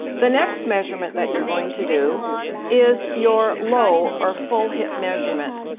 the next measurement that you're going to do is your low or full hip measurement.